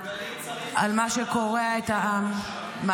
על מה שקורע את העם --- גלית,